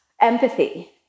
empathy